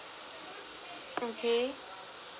okay